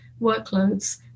workloads